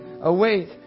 await